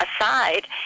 aside